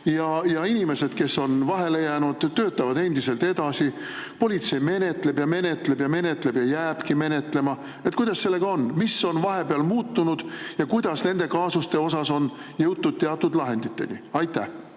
Kas inimesed, kes on vahele jäänud, töötavad endiselt edasi? Politsei menetleb ja menetleb ja menetleb ja jääbki menetlema. Kuidas sellega on? Mis on vahepeal muutunud ja kas nende kaasuste puhul on jõutud teatud lahenditeni? Aitäh!